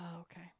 okay